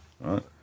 right